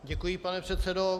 Děkuji, pane předsedo.